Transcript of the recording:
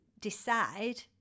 decide